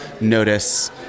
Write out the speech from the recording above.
notice